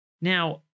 Now